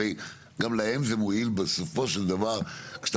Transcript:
הרי גם להם זה מועיל בסופו של דבר כשאתה